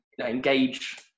engage